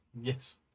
yes